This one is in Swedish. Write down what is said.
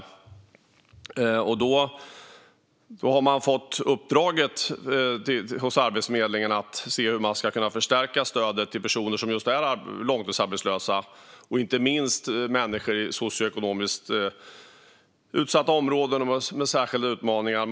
Arbetsförmedlingen har då fått uppdraget att se hur man ska kunna förstärka stödet till personer som är just långtidsarbetslösa, inte minst människor i socioekonomiskt utsatta områden med särskilda utmaningar.